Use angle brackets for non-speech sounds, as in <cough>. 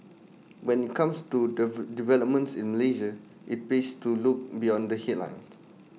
when IT comes to <unintelligible> developments in Malaysia IT pays to look beyond the headlines